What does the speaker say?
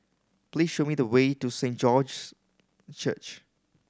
please show me the way to Saint George's Church